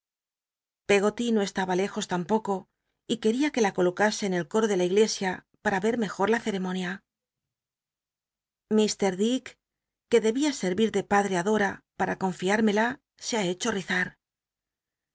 llcggoly no estaba lc jos tampoco y quería que la colocase en el coro de la iglesia para ver mejor la cenia mr dick que debia servir de padre dora para confiarme la se ha hecho